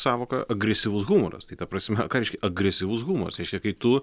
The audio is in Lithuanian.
sąvoka agresyvus humoras tai ta prasem ką reiškia agresyvus humoras reiškia kai tu